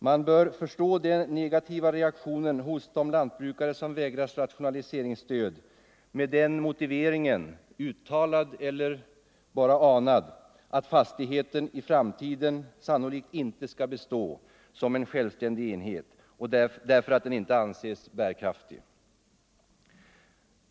Man bör förstå den negativa reaktionen hos de lantbrukare som vägras rationaliseringsstöd med den motiveringen, uttalad eller bara anad, att fastigheten i framtiden sannolikt inte skall bestå såsom självständig enhet därför att den inte anses bärkraftig.